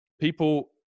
people